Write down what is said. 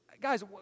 guys